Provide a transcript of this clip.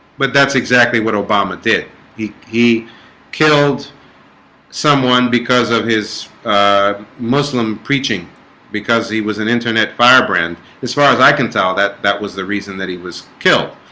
but that's exactly what obama did he? killed someone because of his muslim preaching because he was an internet firebrand as far as i can tell that that was the reason that he was killed